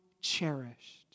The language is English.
cherished